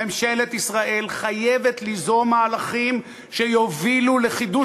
ממשלת ישראל חייבת ליזום מהלכים שיובילו לחידוש